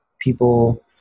people